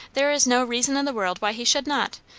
there is no reason in the world why he should not,